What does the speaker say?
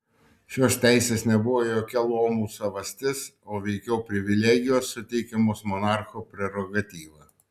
šios teisės nebuvo jokia luomų savastis o veikiau privilegijos suteikiamos monarcho prerogatyva